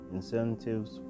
Incentives